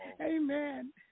Amen